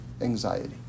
anxiety